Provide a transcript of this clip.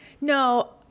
No